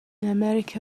america